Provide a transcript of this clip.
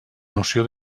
noció